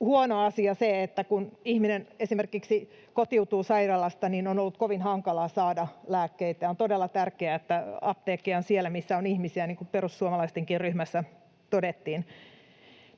huono asia se, että kun ihminen esimerkiksi kotiutuu sairaalasta, niin on ollut kovin hankalaa saada lääkkeitä. On todella tärkeää, että apteekkeja on siellä, missä on ihmisiä, niin kuin perussuomalaistenkin ryhmässä todettiin.